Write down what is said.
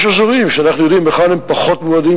יש אזורים שאנחנו יודעים היכן הם פחות מועדים,